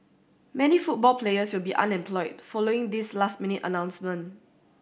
many football players will be unemployed following this last minute announcement